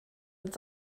mit